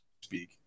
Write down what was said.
speak